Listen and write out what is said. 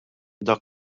dak